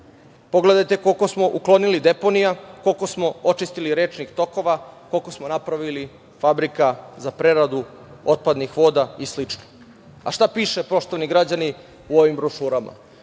vlasti. Pogledajte koliko smo uklonili deponija, koliko smo očistili rečnih tokova, koliko smo napravili fabrika za preradu otpadnih voda i slično. Šta piše, poštovani građani, u ovim brošurama?